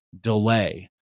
delay